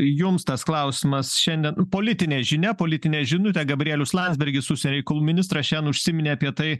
jums tas klausimas šiandien politinė žinia politinė žinutė gabrielius landsbergis užsienio reikalų ministras šian užsiminė apie tai